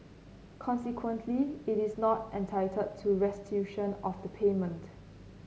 consequently it is not entitled to restitution of the payment